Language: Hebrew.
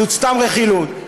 זאת סתם רכילות.